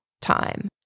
time